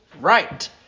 right